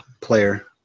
player